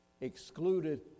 excluded